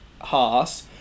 Haas